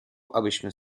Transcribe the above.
abyśmy